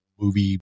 movie